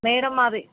madam మాది